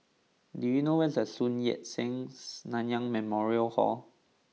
do you know where is Sun Yat Sen Nanyang Memorial Hall